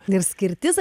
ir skirtis